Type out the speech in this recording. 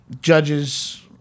judges